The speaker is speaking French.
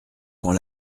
quand